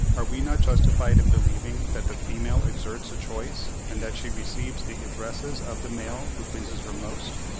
are we not justified in believing that the female exerts a choice, and that she receives the addresses of the male who pleases her most?